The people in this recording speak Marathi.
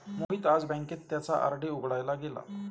मोहित आज बँकेत त्याचा आर.डी उघडायला गेला